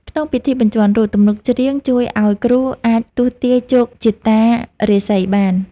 ក្នុងពិធីបញ្ជាន់រូប ទំនុកច្រៀងជួយឱ្យគ្រូអាចទស្សន៍ទាយជោគជតារាសីបាន។